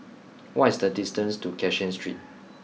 what is the distance to Cashin Street